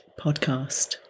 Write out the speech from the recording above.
podcast